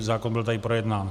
Zákon byl tady projednán.